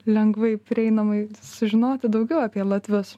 lengvai prieinamai sužinoti daugiau apie latvius